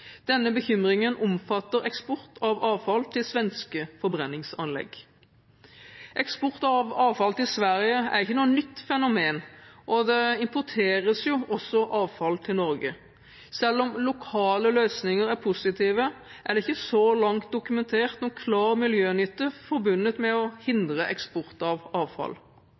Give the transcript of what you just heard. Denne bekymringen omfatter eksport av avfall til svenske forbrenningsanlegg. Eksport av avfall til Sverige er ikke noe nytt fenomen, og det importeres jo også avfall til Norge. Selv om lokale løsninger er positive, er det ikke så langt dokumentert noen klar miljønytte forbundet med å hindre eksport av avfall.